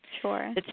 Sure